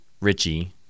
Richie